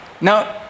now